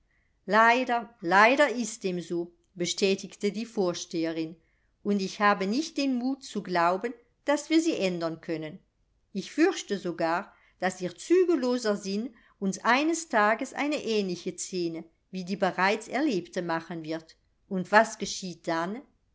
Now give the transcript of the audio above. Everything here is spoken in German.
leider leider ist dem so bestätigte die vorsteherin und ich habe nicht den mut zu glauben daß wir sie ändern können ich fürchte sogar daß ihr zügelloser sinn uns eines tages eine ähnliche szene wie die bereits erlebte machen wird und was geschieht dann